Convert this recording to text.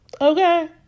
Okay